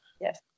Yes